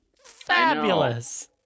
Fabulous